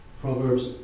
proverbs